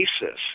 basis